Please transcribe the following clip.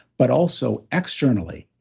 but also externally,